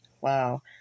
Wow